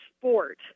sport